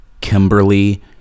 Kimberly